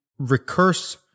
recurse